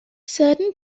certain